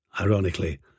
Ironically